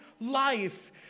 life